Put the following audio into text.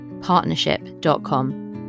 partnership.com